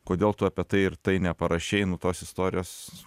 kodėl tu apie tai ir tai neparašei nu tos istorijos